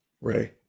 Ray